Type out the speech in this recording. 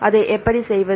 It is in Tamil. அதை எப்படி செய்வது